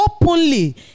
openly